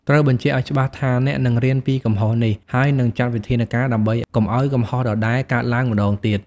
ត្រូវបញ្ជាក់ឱ្យច្បាស់ថា អ្នកនឹងរៀនពីកំហុសនេះ ហើយនឹងចាត់វិធានការដើម្បីកុំឱ្យកំហុសដដែលកើតឡើងម្តងទៀត។